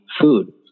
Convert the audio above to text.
food